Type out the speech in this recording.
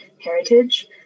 heritage